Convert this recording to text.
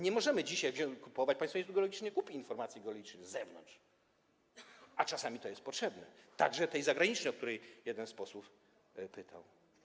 Nie możemy dzisiaj kupować, Państwowy Instytut Geologiczny nie kupi informacji geologicznej z zewnątrz, a czasami to jest potrzebne, także tej zagranicznej, o którą jeden z posłów pytał.